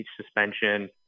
suspension